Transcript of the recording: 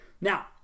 Now